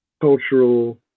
cultural